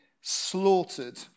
slaughtered